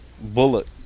Bullet